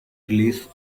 release